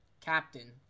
Captain